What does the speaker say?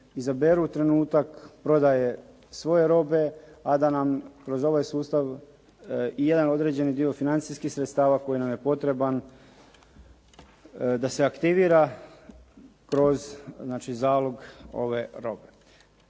izaberu trenutak prodaje svoje robe a da nam kroz ovaj sustav i jedan određeni dio financijskih sredstava koji nam je potreban da se aktivira kroz znači zalog ove robe.